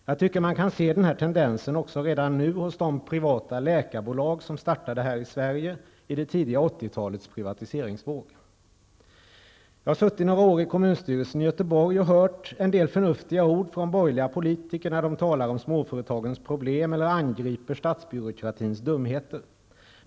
Jag tycker att man kan se den här tendensen också redan nu hos de privata läkarbolag som har startats här i Sverige i det tidiga 80-talets privatiseringsvåg. Jag har suttit några år i kommunsstyrelsen i Göteborg och hört en del förnuftiga ord från borgerliga politiker när de talar om småföretagens problem eller angriper statsbyråkratins dumheter.